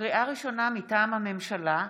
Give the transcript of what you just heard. לקריאה ראשונה, מטעם הממשלה: